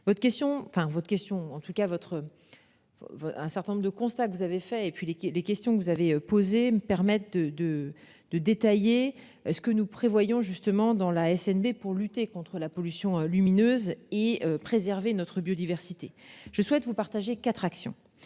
votre question enfin votre question en tout cas votre. Un certain nombre de constats que vous avez fait et puis les les questions que vous avez posées permettent de de de détailler ce que nous prévoyons justement dans la SNB pour lutter contre la pollution lumineuse et préserver notre biodiversité, je souhaite vous partagez 4 actions.